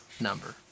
number